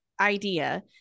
idea